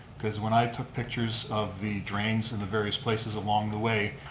because when i took pictures of the drains in the various places along the way,